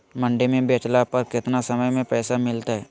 मंडी में बेचला पर कितना समय में पैसा मिलतैय?